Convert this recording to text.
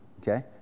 Okay